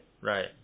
Right